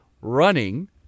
running